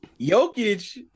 Jokic